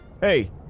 Hey